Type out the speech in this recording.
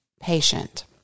patient